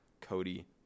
Cody